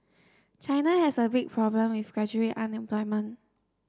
China has a big problem with graduate unemployment